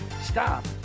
Stop